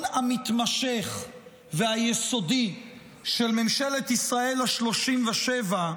המתמשך והיסודי של ממשלת ישראל השלושים-ושבע,